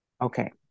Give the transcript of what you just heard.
Okay